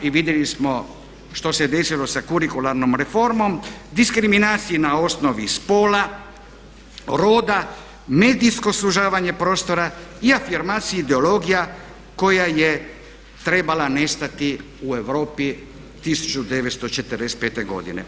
I vidjeli smo što se desilo sa kurikularnom reformom, diskriminaciji na osnovi spola, roda, medijsko sužavanje prostora i afirmaciji ideologija koja je trebala nestati u Europi 1945. godine.